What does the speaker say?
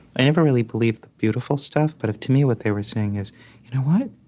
i never really believed the beautiful stuff, but to me, what they were saying is, you know what?